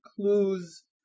clues